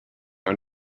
are